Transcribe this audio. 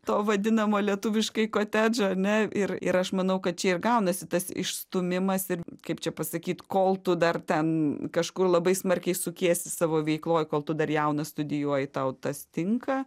to vadinamo lietuviškai kotedžo ane ir ir aš manau kad čia ir gaunasi tas išstūmimas ir kaip čia pasakyt kol tu dar ten kažkur labai smarkiai sukiesi savo veikloj kol tu dar jaunas studijuoji tau tas tinka